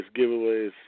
giveaways